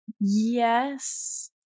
Yes